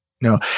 No